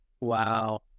Wow